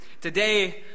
Today